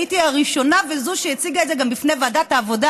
הייתי הראשונה וזו שהציגה את זה גם בפני ועדת העבודה,